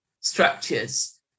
structures